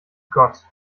gott